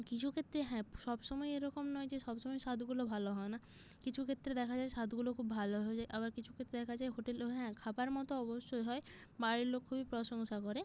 কিছু ক্ষেত্রে হ্যাঁ সব সময় এরকম নয় যে সব সময় স্বাদগুলো ভালো হয় না কিছু ক্ষেত্রে দেখা যায় স্বাদগুলো খুব ভালো হয়ে যায় আবার কিছু ক্ষেত্রে দেখা যায় হোটেলে হ্যাঁ খাবার মতো অবশ্যই হয় বাড়ির লোক খুবই প্রশংসা করে